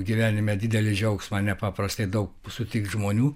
gyvenime didelį džiaugsmą nepaprastai daug sutikt žmonių